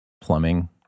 Plumbing